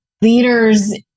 leaders